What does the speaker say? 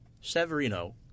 Severino